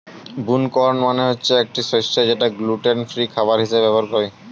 broom corn মানে একটি শস্য যেটা গ্লুটেন ফ্রি খাবার হিসেবে ব্যবহার হয়